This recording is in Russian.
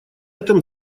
этом